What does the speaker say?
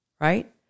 right